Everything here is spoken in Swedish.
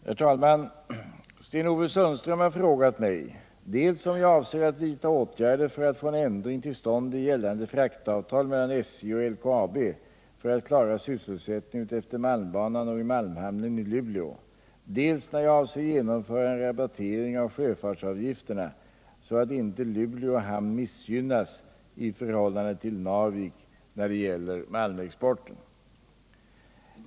Herr talman! Sten-Ove Sundström har frågat mig dels om jag avser att vidta åtgärder för att få en ändring till stånd i gällande fraktavtal mellan SJ och LKAB för att klara sysselsättningen utefter malmbanan och i malmhamnen i Luleå, dels när jag avser genomföra en rabattering av sjöfartsavgifterna så att inte Luleå hamn missgynnas i förhållande till Narvik när det gäller malmexporten.